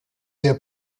sehr